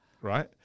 right